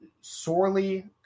sorely